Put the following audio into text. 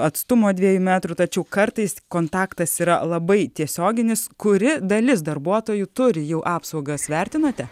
atstumo dviejų metrų tačiau kartais kontaktas yra labai tiesioginis kuri dalis darbuotojų turi jau apsaugas vertinate